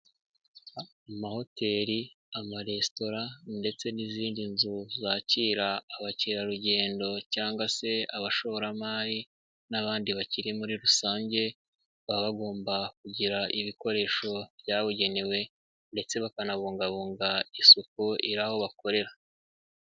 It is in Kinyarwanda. Amahoteli, amaresitora ndetse n'izindi nzu zakira abakerarugendo cyangwa se abashoramari n'abandi bakire muri rusange, baba bagomba kugira ibikoresho byabugenewe ndetse bakanabungabunga isuku iri aho bakorera.